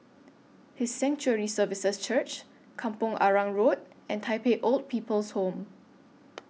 His Sanctuary Services Church Kampong Arang Road and Tai Pei Old People's Home